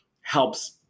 helps